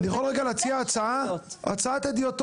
אני יכול להציע הצעת הדיוטות?